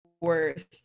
worth